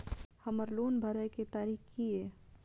हमर लोन भरए के तारीख की ये?